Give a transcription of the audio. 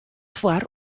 foar